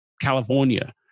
California